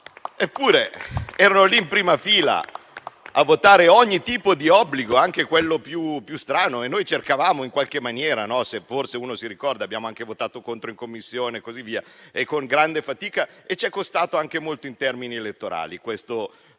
Eppure erano lì in prima fila a votare ogni tipo di obbligo, anche quello più strano, e noi cercavamo in qualche maniera di ragionare, forse qualcuno si ricorda, abbiamo anche votato contro in Commissione con grande fatica e ci è costato anche molto in termini elettorali questo voler